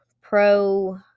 pro